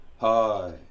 Hi